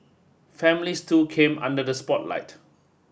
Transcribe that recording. families too came under the spotlight